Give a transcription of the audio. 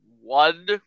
one